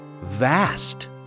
vast